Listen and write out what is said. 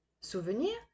souvenir